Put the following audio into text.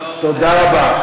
תודה רבה.